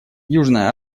южная